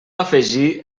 afegir